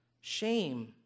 shame